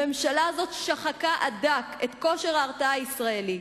הממשלה הזאת שחקה עד דק את כושר ההרתעה הישראלי,